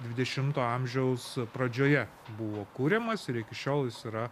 dvidešimto amžiaus pradžioje buvo kuriamas ir iki šiol jis yra